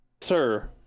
Sir